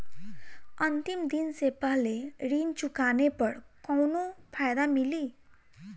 अंतिम दिन से पहले ऋण चुकाने पर कौनो फायदा मिली?